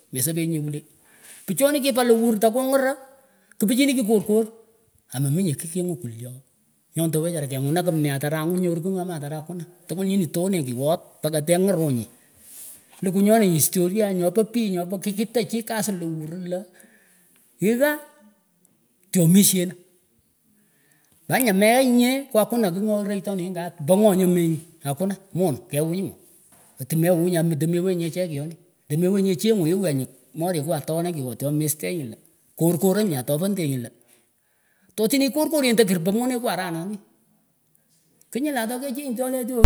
Mesepenyeh kwuleh pchonih kipah lewur takuhnguruh kihpichinih kihkorkor amaminyeh kikehnguh kwulyoh nyotohooh wechara kengunah kimneeh atarah akungush nypruh kigh nyoh mih atarah akunah tkwul nyinih toaneh kihwot pakah tengurunyih lukuh nyonih historiah nyopeh pich nyopoh kikitah chih kasin lewur lah iyah tyomihshenah tanyan mehenyeh kwa kunah kigh nyush roktoh nyinyin kat poh ngoh nyih amenyih akunah monah ke wonyih ngoh atimeunyih nyah tahmewenyeh cheng kyonih mewenyeh chenguh iwonyih morikuh atonah awohtehmestenyihleh korkoronyih atohpendeh lah torinih korkornyih takuripah monekuh arahnonih knyull atokechunyih tyole tyoninah.